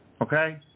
Okay